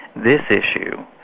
this issue,